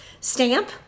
stamp